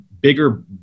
bigger